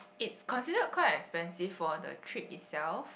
it consider quite expensive for the trip itself